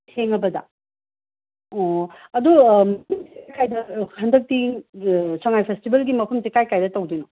ꯊꯦꯡꯉꯕꯗ ꯑꯣ ꯑꯗꯣ ꯀꯩꯅꯣ ꯍꯟꯗꯛꯇꯤ ꯁꯉꯥꯏ ꯐꯦꯁꯇꯤꯕꯦꯜꯒꯤ ꯃꯐꯝꯁꯤ ꯀꯥꯏ ꯀꯥꯏ ꯇꯧꯗꯣꯏꯅꯣ